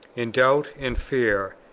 in doubt and fear,